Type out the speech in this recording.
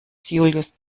julius